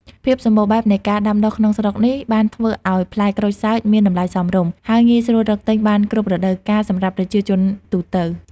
ភាពសម្បូរបែបនៃការដាំដុះក្នុងស្រុកនេះ បានធ្វើឱ្យផ្លែក្រូចសើចមានតម្លៃសមរម្យ ហើយងាយស្រួលរកទិញបានគ្រប់រដូវកាលសម្រាប់ប្រជាជនទូទៅ។